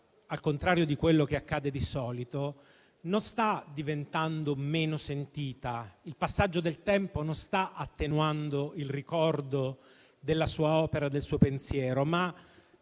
al contrario di quello che accade di solito, non sia meno sentita. Il passaggio del tempo non sta attenuando il ricordo della sua opera e del suo pensiero, ma